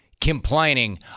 complaining